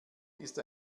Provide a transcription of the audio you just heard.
ist